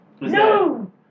No